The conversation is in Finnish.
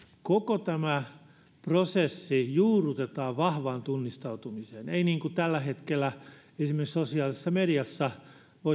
koko tämä prosessi juurrutetaan vahvaan tunnistautumiseen ei voi niin kuin tällä hetkellä esimerkiksi sosiaalisessa mediassa